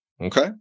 Okay